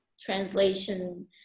translation